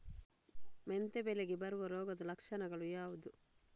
ಮೆಂತೆ ಬೆಳೆಗೆ ಬರುವ ರೋಗದ ಲಕ್ಷಣಗಳು ಯಾವುದು?